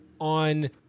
on